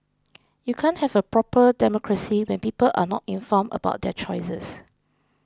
you can't have a proper democracy when people are not informed about their choices